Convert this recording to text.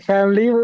Family